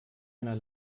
einer